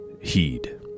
heed